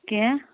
کینٛہہ